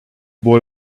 boy